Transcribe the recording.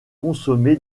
consommé